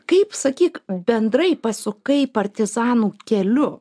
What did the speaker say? kaip sakyk bendrai pasukai partizanų keliu